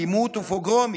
אלימות ופוגרומים.